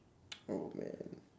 !aww! man